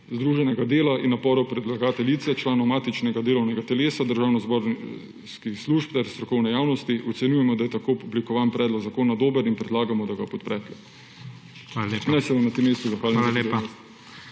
združenega dela in naporov predlagateljice, članov matičnega delovnega telesa, državnozborskih služb ter strokovne javnosti. Ocenjujemo, da je tako oblikovan predlog zakona dober, in predlagamo, da ga podprete. Naj se vam na